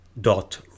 dot